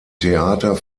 theater